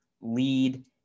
lead